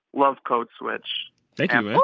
love code switch thank um